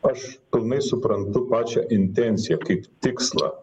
aš pilnai suprantu pačią intenciją kaip tikslą